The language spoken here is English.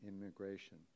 immigration